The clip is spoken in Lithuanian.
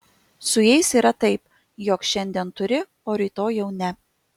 su jais yra taip jog šiandien turi o rytoj jau ne